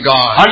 God